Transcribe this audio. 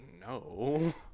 no